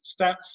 stats